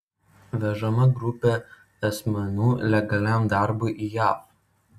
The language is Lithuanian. vežama grupė asmenų legaliam darbui į jav